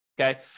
okay